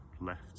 left